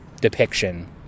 depiction